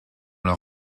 leur